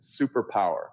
superpower